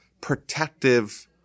protective